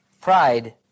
Pride